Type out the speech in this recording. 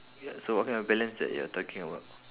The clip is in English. ya so what kind of balance that you're talking about